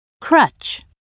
crutch